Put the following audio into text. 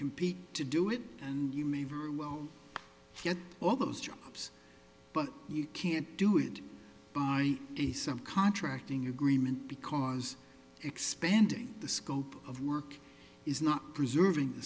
compete to do it and you may very well get all those jobs but you can't do it by decent contracting agreement because expanding the scope of work is not preserving the